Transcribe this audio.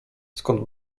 skąd